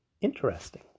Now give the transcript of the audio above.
Interesting